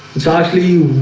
it's actually